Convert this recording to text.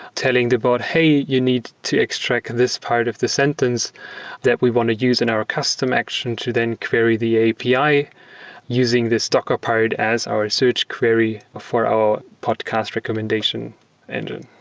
telling the bot, hey, you need to extract this part of the sentence that we want to use in our custom action to then query the api using this docker part as our search query for our podcast recommendation engine.